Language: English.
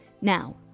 Now